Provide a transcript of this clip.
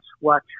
watch